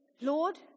Lord